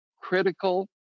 critical